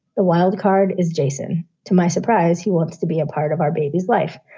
the wild card is jason. to my surprise, he wants to be a part of our baby's life.